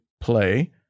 play